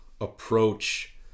approach